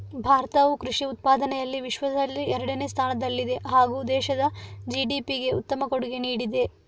ಭಾರತವು ಕೃಷಿ ಉತ್ಪಾದನೆಯಲ್ಲಿ ವಿಶ್ವದಲ್ಲಿ ಎರಡನೇ ಸ್ಥಾನದಲ್ಲಿದೆ ಹಾಗೂ ದೇಶದ ಜಿ.ಡಿ.ಪಿಗೆ ಉತ್ತಮ ಕೊಡುಗೆ ನೀಡಿದೆ